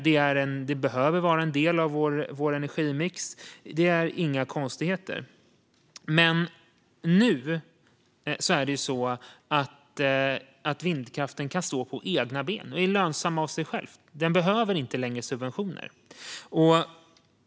Det behöver vara en del av vår energimix, och det är inte konstigt. Men nu kan vindkraften stå på egna ben och är lönsam av sig själv, och den behöver inte längre subventioner.